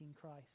Christ